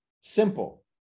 simple